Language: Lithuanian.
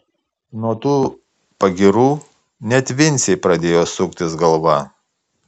nuo tų pagyrų net vincei pradėjo suktis galva